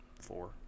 Four